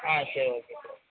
ஆ சரி okay sir